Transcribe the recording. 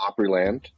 opryland